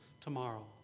tomorrow